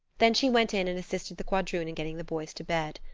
then she went in and assisted the quadroon in getting the boys to bed.